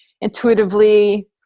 intuitively